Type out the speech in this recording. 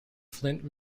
flint